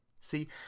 See